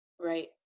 Right